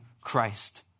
Christ